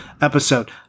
episode